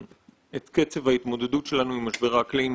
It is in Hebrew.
את קצב ההתמודדות שלנו עם משבר האקלים,